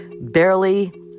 barely